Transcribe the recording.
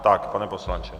Tak pane poslanče.